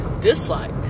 dislike